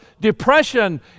depression